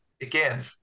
again